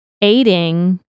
aiding